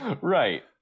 Right